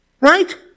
Right